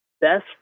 best